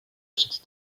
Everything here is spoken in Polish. przed